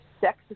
sex